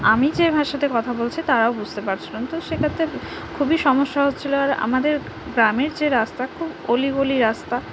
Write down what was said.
আমি যে ভাষাতে কথা বলছি তারাও বুঝতে পারছিল না তো সেক্ষেত্রে খুবই সমস্যা হচ্ছিল আর আমাদের গ্রামের যে রাস্তা খুব অলি গলি রাস্তা